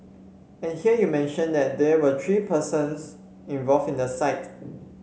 and here you mention that there were three persons involved in the site